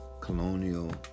colonial